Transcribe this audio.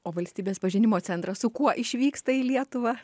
o valstybės pažinimo centras kuo išvyksta į lietuvą